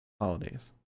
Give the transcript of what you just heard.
holidays